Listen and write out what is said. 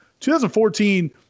2014